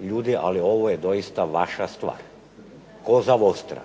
ljudi, ali ovo je doista vaša stvar, cosa lostra.